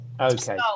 okay